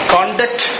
Conduct